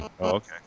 Okay